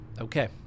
Okay